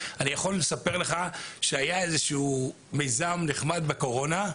אני יכול לספר לך שהיה איזשהו מיזם נחמד בקורונה,